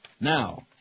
Now